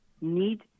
need